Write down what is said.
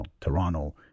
Toronto